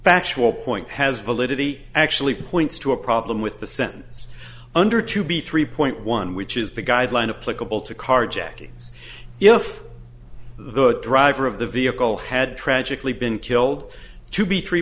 factual point has validity actually points to a problem with the sentence under to be three point one which is the guideline of clickable to carjackings if the driver of the vehicle had tragically been killed to be three